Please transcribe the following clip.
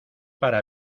para